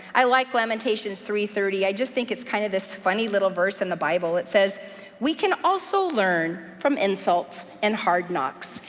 i like lamentations three thirty. i just think it's kinda kind of this funny little verse in the bible. it says we can also learn from insults and hard knocks.